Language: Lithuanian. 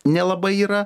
nelabai yra